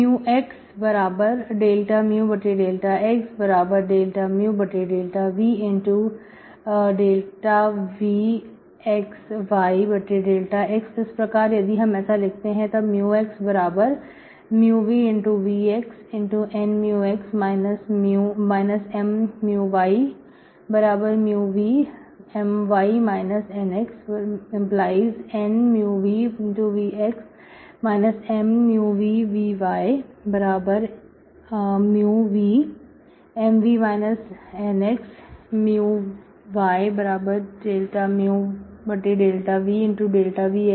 x dμdxdμdvdvxydx इस प्रकार यदि हम ऐसा लिखते हैं तब xvvx Nx M yμvMy Nx⇒Nvvx M vvyμvMy Nx y dμdvdvxydyvvy होता है